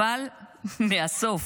אבל מהסוף.